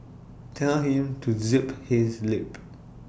tell him to zip his lip